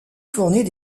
fournit